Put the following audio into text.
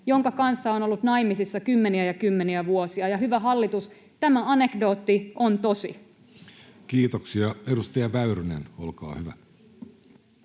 jonka kanssa on ollut naimisissa kymmeniä ja kymmeniä vuosia. Ja hyvä hallitus, tämä anekdootti on tosi. Kiitoksia. — Edustaja Väyrynen, olkaa hyvä.